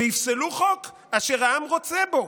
ויפסלו חוק אשר העם רוצה בו.